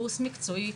קורס מקצועי,